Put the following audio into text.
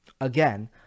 Again